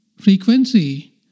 frequency